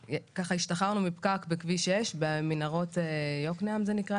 השתחררנו מפקק בכביש 6 במנהרות יוקנעם זה נקרא,